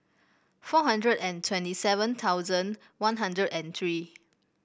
four hundred and twenty seven thousand One Hundred and three